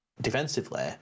defensively